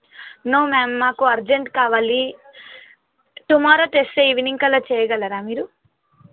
no ma'am మాకు urgent కావాలి tomorrow తెస్తే ఈవెనింగ్ కల్లా చేయగలరా మీరు